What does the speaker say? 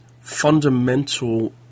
fundamental